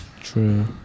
True